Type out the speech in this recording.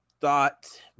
thought